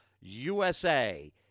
USA